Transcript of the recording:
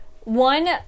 One